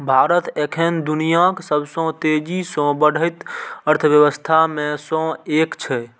भारत एखन दुनियाक सबसं तेजी सं बढ़ैत अर्थव्यवस्था मे सं एक छै